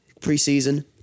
pre-season